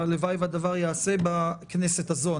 והלוואי והדבר ייעשה בכנסת הזאת.